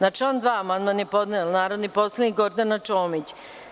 Na član 2. amandman je podnela narodni poslanik Gordana Čomić.